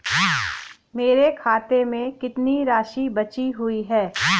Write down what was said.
मेरे खाते में कितनी राशि बची हुई है?